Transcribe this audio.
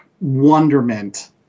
wonderment